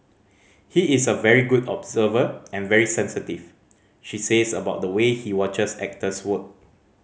he is a very good observer and very sensitive she says about the way he watches actors work